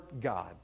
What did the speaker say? God